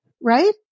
right